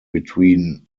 between